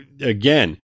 again